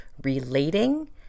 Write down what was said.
relating